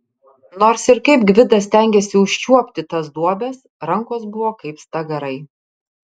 nors ir kaip gvidas stengėsi užčiuopti tas duobes rankos buvo kaip stagarai